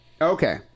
Okay